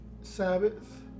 Sabbath